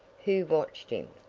who watched him.